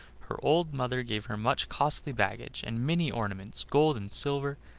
her old mother gave her much costly baggage, and many ornaments, gold and silver,